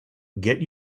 get